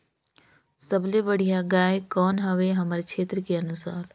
सबले बढ़िया गाय कौन हवे हमर क्षेत्र के अनुसार?